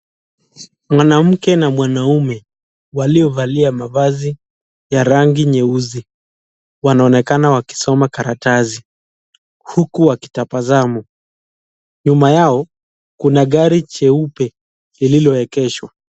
Mwanamke na mwanaume waliovalia mavazi ya rangi nyeusi wanaonekana wakisoma karatasi huku wakitabasamu. Nyuma yao, kuna gari cheupe lililoegeshwa.